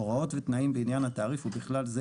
הוראות בעניין התעריף וככלל זה,